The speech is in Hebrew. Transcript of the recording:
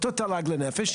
אותו תל"ג לנפש,